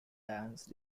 dance